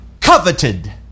coveted